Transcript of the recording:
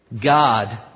God